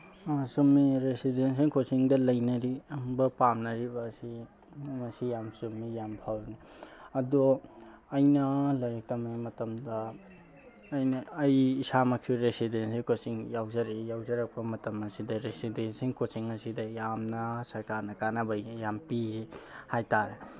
ꯑꯥ ꯆꯨꯝꯃꯤ ꯔꯦꯁꯤꯗꯦꯟꯁꯦꯜ ꯀꯣꯆꯤꯡꯗ ꯂꯩꯅꯔꯤꯕ ꯄꯥꯝꯅꯔꯤꯕ ꯑꯁꯤ ꯃꯁꯤ ꯌꯥꯝ ꯆꯨꯝꯃꯤ ꯌꯥꯝ ꯐꯕꯅꯤ ꯑꯗꯣ ꯑꯩꯅ ꯂꯥꯏꯔꯤꯛ ꯇꯝꯃꯤꯉꯩ ꯃꯇꯝꯗ ꯑꯩꯅ ꯑꯩ ꯏꯁꯥꯃꯛꯁꯨ ꯔꯤꯖꯤꯗꯦꯟꯁꯦꯜ ꯀꯣꯆꯤꯡ ꯌꯥꯎꯖꯔꯛꯏ ꯌꯥꯎꯖꯔꯛꯄ ꯃꯇꯝ ꯑꯁꯤꯗ ꯔꯦꯁꯤꯗꯦꯟꯁꯦꯜ ꯀꯣꯆꯤꯡ ꯑꯁꯤꯗ ꯌꯥꯝꯅ ꯁꯔꯀꯥꯔꯅ ꯀꯥꯅꯕ ꯌꯥꯝ ꯄꯤ ꯍꯥꯏꯕ ꯇꯥꯔꯦ